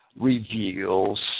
reveals